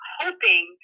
hoping